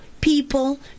people